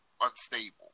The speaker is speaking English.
unstable